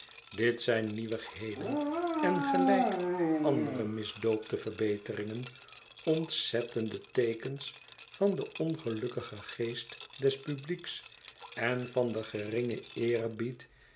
dit zijn nieuwigheden en gelijk andere misdoopte verbeteringen ontzettende teekens van den ongelukkigen geest des publieks en van den geringen eerbied